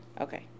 Okay